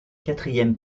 quatrième